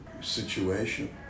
situation